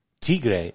Tigre